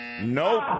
Nope